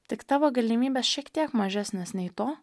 tik tavo galimybės šiek tiek mažesnės nei to